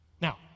Now